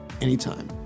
anytime